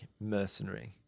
mercenary